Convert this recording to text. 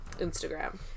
instagram